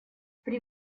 при